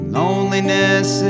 loneliness